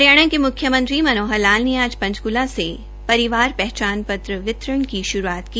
हरियाणा के मुख्यमंत्री मनोहर लाल ने आज पंचकूला से परिवार पहचान पत्र वितरण की शुरूआत की